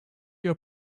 your